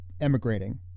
emigrating